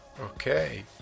Okay